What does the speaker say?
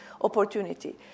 opportunity